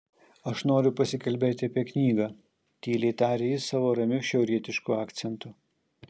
aš noriu pasikalbėti apie knygą tyliai taria jis savo ramiu šiaurietišku akcentu